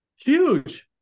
Huge